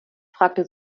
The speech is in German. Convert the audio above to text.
fragte